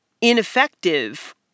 ineffective